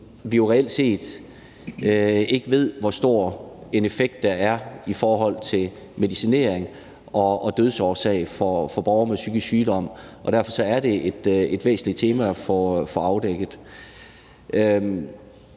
vi reelt set ikke ved, hvor stor en effekt der er i forhold til medicinering og dødsårsag for borgere med psykisk sygdom, og derfor er det et væsentligt tema at få afdækket.